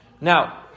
Now